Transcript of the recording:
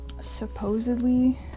Supposedly